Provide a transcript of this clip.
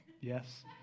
Yes